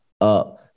up